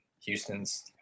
Houston's